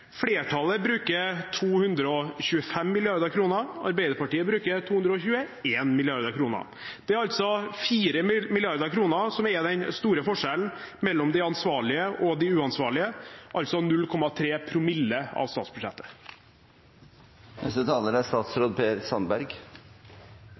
Flertallet bruker 225 mrd. kr, Arbeiderpartiet bruker 221 mrd. kr. Det er altså 4 mrd. kr som er den store forskjellen mellom de ansvarlige og de uansvarlige – 0,3 promille av